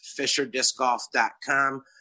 fisherdiscgolf.com